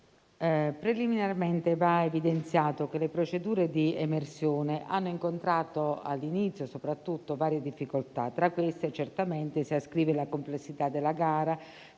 preliminarmente va evidenziato che le procedure di emersione hanno incontrato, soprattutto all'inizio, varie difficoltà e tra queste certamente si ascrive la complessità della gara